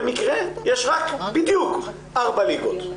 במקרה, יש רק בדיוק ארבע ליגות.